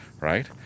right